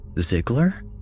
Ziegler